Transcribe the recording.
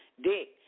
Dick